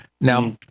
Now